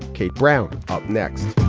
kate brown up next,